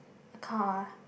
a car